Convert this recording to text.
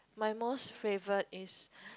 my most favourite is